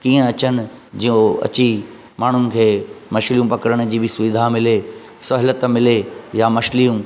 कीअं अचनि जीअं उहो अची माण्हुनि खे मछलियूं पकड़नि जी बि सुविधा मिले सहुलियत मिले या मछलियूं